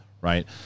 right